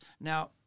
now